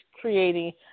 creating